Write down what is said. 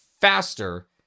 faster